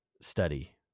study